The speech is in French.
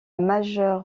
majeure